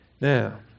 Now